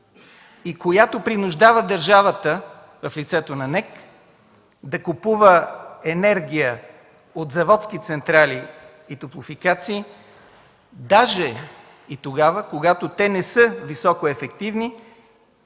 и която принуждава държавата в лицето на НЕК да купува енергия от заводски централи и топлофикации даже и тогава, когато те не са високоефективни